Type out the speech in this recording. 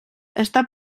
està